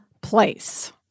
place